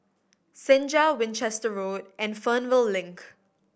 Senja Winchester Road and Fernvale Link